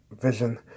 vision